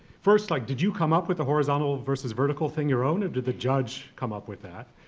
first, like did you come up with the horizontal versus vertical thing your own or did the judge come up with that?